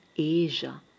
Asia